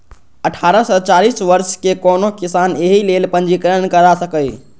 अठारह सं चालीस वर्षक कोनो किसान एहि लेल पंजीकरण करा सकैए